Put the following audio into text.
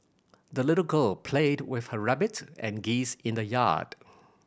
the little girl played with her rabbit and geese in the yard